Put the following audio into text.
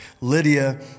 Lydia